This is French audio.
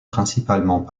principalement